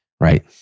right